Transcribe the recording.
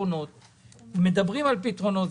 ומדברים על פתרונות.